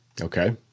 Okay